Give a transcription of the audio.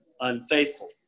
unfaithful